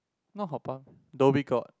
not Haw-Par Dhoby Ghaut